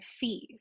fees